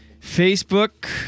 Facebook